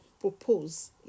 propose